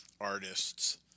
artists